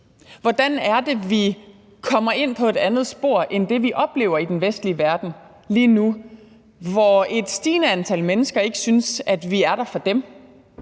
Hvordan er det, vi kommer ind på et andet spor end det, vi oplever i den vestlige verden lige nu, hvor et stigende antal mennesker ikke synes, at vi er der for dem,